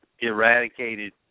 eradicated